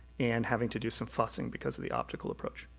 and having to do some fussing because of the optical approach.